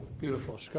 Beautiful